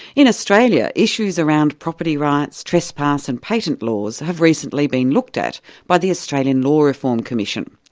in australia, issues around property rights, trespass and patent laws have recently been looked at by the australian law reform commission.